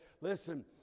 listen